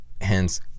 Hence